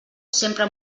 sempre